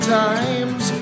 times